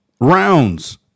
Rounds